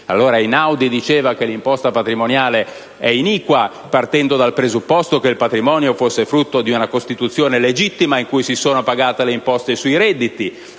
Einaudi diceva che l'imposta patrimoniale è iniqua, partendo dal presupposto che il patrimonio fosse frutto di una costituzione legittima in cui si sono pagate le imposte sui redditi;